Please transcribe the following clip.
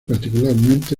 particularmente